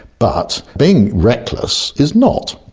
but being reckless is not,